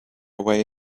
away